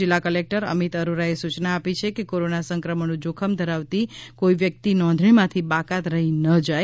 જિલ્લા કલેક્ટર અમિત અરોરાએ સૂચના આપી છે કે કોરોના સંક્રમણનું જોખમ ધરાવતી કોઈ વ્યક્તિ નોંધણીમાંથી બાકાત રહી ન જાય